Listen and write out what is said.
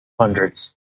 hundreds